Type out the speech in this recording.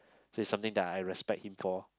so it's something that I respect him for